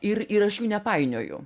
ir ir aš jų nepainioju